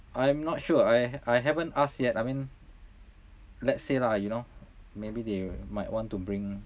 I'm not sure I I haven't asked yet I mean let's say lah you know maybe they might want to bring